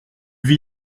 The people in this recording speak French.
vit